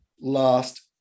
last